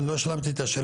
אני לא השלמתי את השאלה,